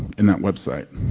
in that website.